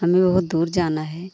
हमें बहुत दूर जाना है